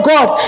God